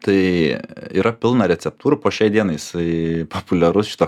tai yra pilna receptūrų po šiai dienai jisai populiarus šituo